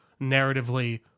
narratively